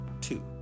two